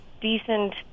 decent